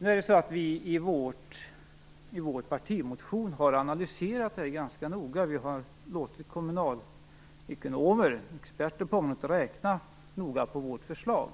Nu är det så att vi i vår partimotion har analyserat detta ganska noga. Vi har låtit kommunalekonomer och experter på området räkna noga på vårt förslag,